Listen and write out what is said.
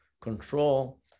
control